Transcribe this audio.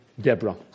Deborah